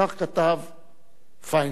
כך כתב פיינברג.